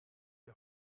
die